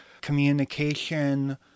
communication